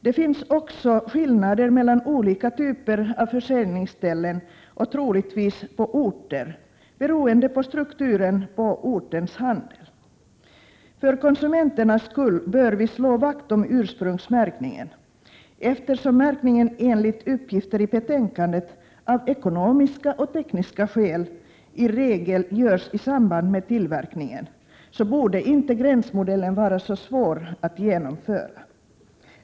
Det finns också skillnader mellan olika typer av försäljningsställen och troligtvis också mellan orter, beroende på strukturen i orternas handel. För konsumenternas skull bör vi slå vakt om ursprungsmärkningen. Eftersom märkningen, enligt uppgifter i betänkandet, av ekonomiska och tekniska skäl i regel görs i samband med tillverkningen, borde inte gränsmodellen vara så svår att genomföra.